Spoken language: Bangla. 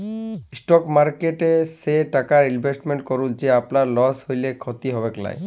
ইসটক মার্কেটে সে টাকাট ইলভেসেট করুল যেট আপলার লস হ্যলেও খ্যতি হবেক লায়